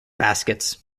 baskets